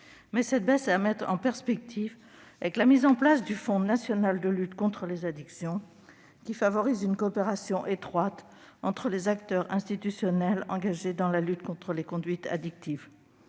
baisse est, toutefois, à mettre en perspective avec la mise en place du Fonds national de lutte contre les addictions qui favorise une coopération étroite entre les acteurs institutionnels engagés dans la lutte contre les conduites addictives.